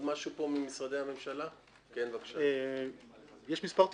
יש מספר תיקונים,